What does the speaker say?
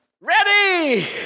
ready